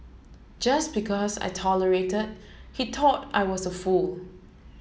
just because I tolerated he thought I was a fool